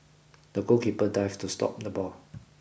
the goalkeeper dived to stop the ball